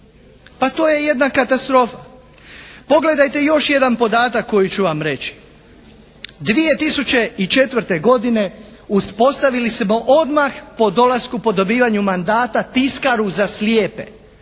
Pa to je jedna katastrofa. Pogledajte još jedan podatak koji ću vam reći. 2004. godine uspostavili smo odmah po dolasku, po dobivaju mandata tiskaru za slijepe,